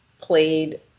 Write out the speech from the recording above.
played